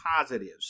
positives